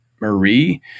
Marie